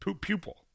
pupil